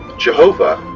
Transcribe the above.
jehovah,